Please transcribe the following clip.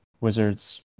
wizards